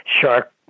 shark